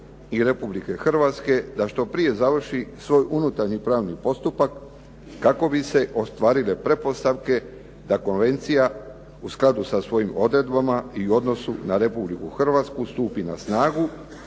i Republike Hrvatske da što prije završi svoj unutarnji pravni postupak kako bi se ostvarile pretpostavke da konvencija u skladu sa svojim odredbama i u odnosu na Republiku Hrvatsku stupi na snagu